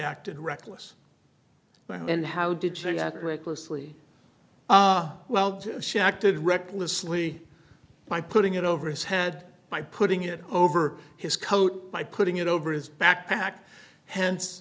acted reckless and how did say that recklessly well she acted recklessly by putting it over his head by putting it over his coat by putting it over his backpack